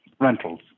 rentals